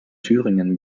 thüringen